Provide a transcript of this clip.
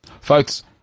Folks